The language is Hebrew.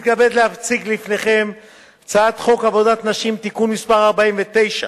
הצעת החוק לתיקון פקודת מסי העירייה ומסי הממשלה (פטורין) (מס' 20),